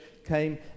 came